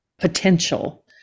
potential